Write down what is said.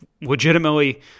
legitimately